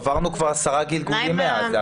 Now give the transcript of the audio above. עברנו כבר עשרה גלגולים מאז.